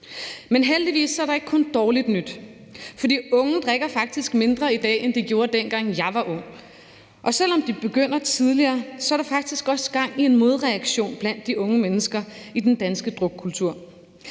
Men heldigvis er der ikke kun dårligt nyt, for de unge drikker faktisk mindre i dag, end de gjorde, dengang jeg var ung, og selv om de begynder tidligere, er der faktisk også gang i en modreaktion blandt de unge mennesker i den danske drukkultur.